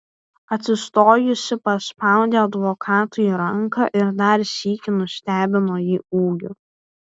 atsistojusi paspaudė advokatui ranką ir dar sykį nustebino jį ūgiu